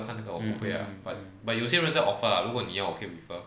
mm mm mm mm